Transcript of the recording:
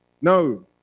No